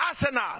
arsenal